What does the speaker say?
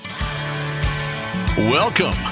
Welcome